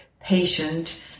patient